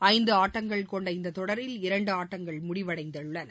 ஐந்து ஆட்டங்கள் கொண்ட இந்தத் தொடரில் இரண்டு ஆட்டங்கள் முடிவடைந்துள்ளன